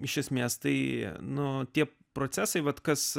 iš esmės tai nutiko procesai vat kas